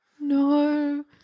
No